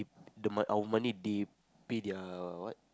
the mun our money they pay their what